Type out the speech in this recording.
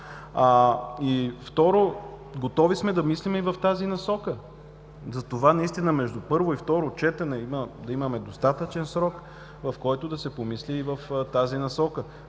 Второ, готови сме да мислим и в тази насока. Между първо и второ четене имаме достатъчен срок, в който да се помисли и в тази насока.